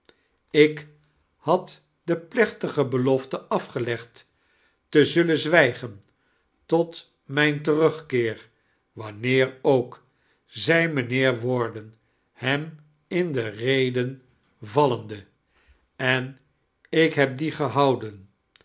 ik had de pleehtdge belofte afgelegd t zullen zwijgen tot mijn tetrugkeer lyannieer ook zei mijniheer warden hem in de rede vallende en ik heb die gehouden